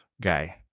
guy